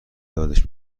یادش